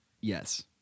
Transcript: Yes